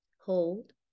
Hold